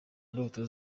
ndoto